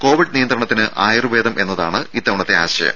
Covid നിയന്ത്രണത്തിന് ആയുർവേദം എന്നതാണ് ഇത്തവണത്തെ ആശയം